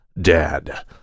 dad